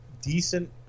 decent